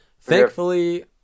Thankfully